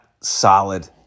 solid